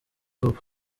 hop